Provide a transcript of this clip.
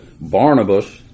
Barnabas